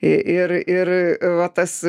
ir ir va tas